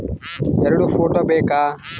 ಎರಡು ಫೋಟೋ ಬೇಕಾ?